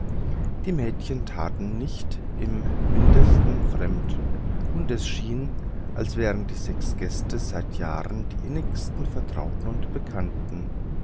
die mädchen taten nicht im mindesten fremd und es schien als wären die sechs gäste seit jahren die innigsten vertrauten und bekannten